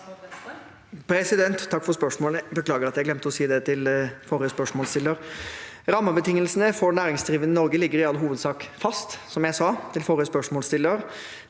Takk for spørsmålet – beklager at jeg glemte å si det til forrige spørsmålsstiller. Rammebetingelsene for næringsdrivende i Norge ligger i all hovedsak fast, som jeg sa til forrige spørsmålsstiller.